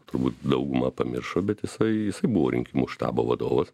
turbūt dauguma pamiršo bet jisai jisai buvo rinkimų štabo vadovas